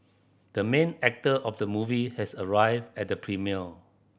the main actor of the movie has arrived at the premiere